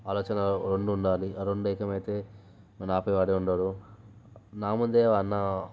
ఆలోచన రెండు ఉండాలి ఆ రెండు ఏకమైతే మనల్ని ఆపేవాడే ఉండడు నా ముందే ఆ అన్న